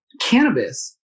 Cannabis